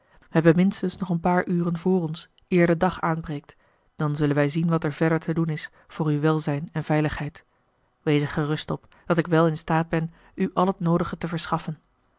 wij hebben minstens nog een paar uren vr ons eer de dag aanbreekt dan zullen wij zien wat er verder te doen is voor uw welzijn en veiligheid wees er gerust op dat ik wel in staat ben u al het noodige te verschaffen